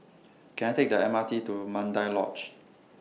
Can I Take The M R T to Mandai Lodge